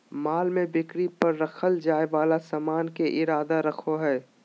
माल में बिक्री पर रखल जाय वाला सामान के इरादा रखो हइ